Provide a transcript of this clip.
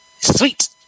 Sweet